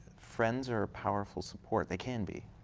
friends are a powerful support. they can be.